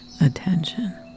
attention